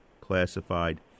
classified